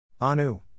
ANU